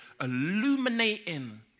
illuminating